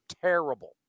terrible